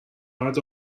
بعد